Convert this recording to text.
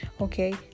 okay